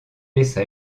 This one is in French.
laissa